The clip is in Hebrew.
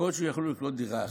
בקושי יכלו לקנות דירה אחת,